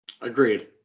agreed